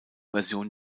version